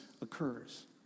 occurs